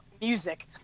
music